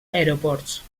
aeroports